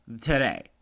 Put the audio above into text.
today